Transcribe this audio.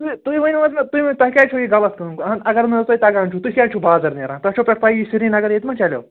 تُہۍ تُہۍ ؤنِو حظ مےٚ تۄہہِ کیٛازِ چھَو یہِ غلط کٲم اہَن اگر نہٕ حظ تۅہہِ تگان چھُو تُہۍ کیٛازِ چھُو بازَر نیران تۄہہِ چھَو پیٚٹھٕ پَییی سریٖنگر یِیٚتہِ ما چلیو